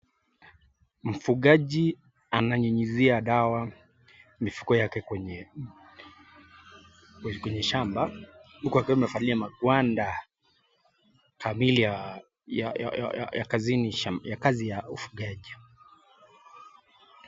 Mfugaji ananyunyizia dawa mifugo yake kwenye shamba huku akiwa amevalia magwanda kamili ya kazi ya ufugaji.